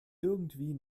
irgendwie